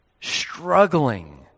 struggling